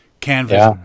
canvas